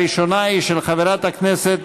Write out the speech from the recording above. הראשונה היא של חברת הכנסת